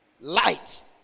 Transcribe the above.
Light